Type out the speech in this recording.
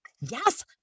Yes